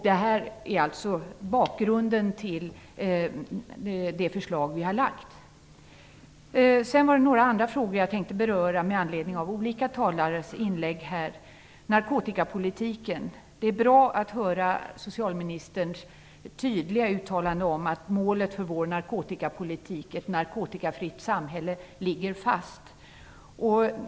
Detta är alltså bakgrunden till det förslag som vi har lagt fram. Sedan är det några andra frågor som jag tänkte beröra med anledning av olika talares inlägg här. Det är bra att socialministern tydligt uttalar att målet för vår narkotikapolitik, ett narkotikafritt samhälle, ligger fast.